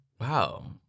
Wow